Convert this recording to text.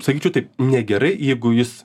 sakyčiau taip negerai jeigu jis